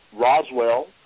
Roswell